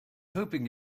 hoping